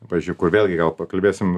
pavyzdžiui kur vėlgi gal pakalbėsim